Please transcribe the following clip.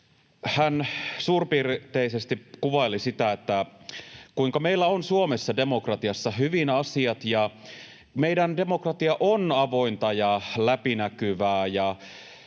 Hän suurpiirteisesti kuvaili sitä, kuinka meillä on Suomessa demokratiassa hyvin asiat ja meidän demokratia on avointa ja läpinäkyvää,